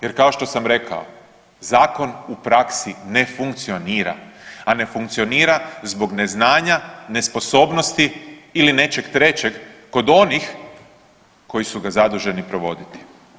Jer kao što sam rekao, zakon u praksi ne funkcionira, a ne funkcionira zbog neznanja, nesposobnosti ili nečeg trećeg kod onih koji su ga zaduženi provoditi.